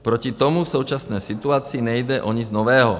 Proti tomu v současné situaci nejde o nic nového.